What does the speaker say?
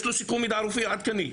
יש לו סיכום מידע רפואי עדכני.